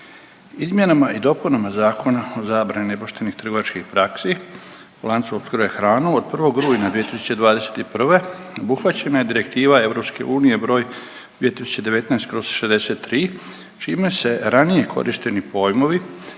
Izmjenama i dopunama Zakona o zabrani nepoštenih trgovačkih praksi u lancu opskrbe hranom od 1. rujna 2021. obuhvaćena je Direktiva EU br. 2019/63 čime se ranije korišteni pojmovi